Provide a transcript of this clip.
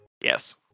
Yes